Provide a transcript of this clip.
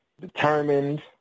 determined